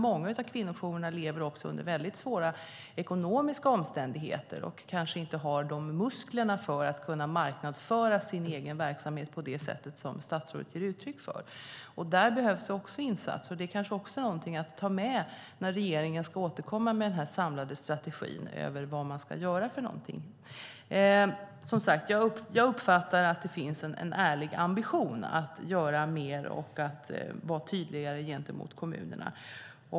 Många av kvinnojourerna lever också under väldigt svåra ekonomiska omständigheter och har kanske inte muskler för att kunna marknadsföra sin egen verksamhet på det sättet som statsrådet ger uttryck för. Där behövs insatser, och det kanske också är någonting att ta med när regeringen ska återkomma med den samlade strategin över vad man ska göra för någonting. Jag uppfattar som sagt att det finns en ärlig ambition att göra mer och att vara tydligare gentemot kommunerna.